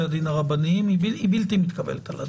הדין הרבניים היא בלתי מתקבלת על הדעת.